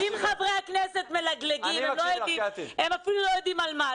אם חברי הכנסת מלגלגים, הם אפילו לא יודעים על מה.